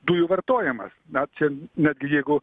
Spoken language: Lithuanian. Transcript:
dujų vartojimas na čia netgi jeigu